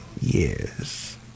yes